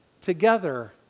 together